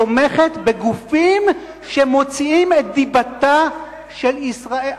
תומכת בגופים שמוציאים את דיבתה של ישראל,